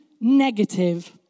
negative